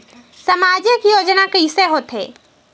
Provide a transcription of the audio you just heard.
सामजिक योजना कइसे होथे?